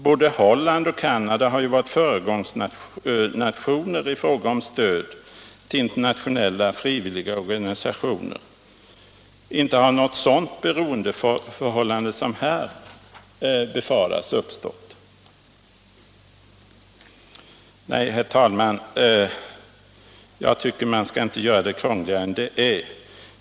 Både Holland och Canada har ju varit föregångsnationer i fråga om stöd till internationella frivilliga organisationer, och något sådant beroendeförhållande som här befaras har inte uppstått där heller. Jag tycker, herr talman, att man inte skall göra detta krångligare än det är.